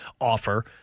offer